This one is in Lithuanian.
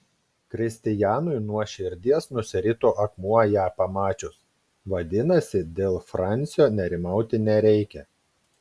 kristijanui nuo širdies nusirito akmuo ją pamačius vadinasi dėl fransio nerimauti nereikia